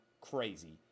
crazy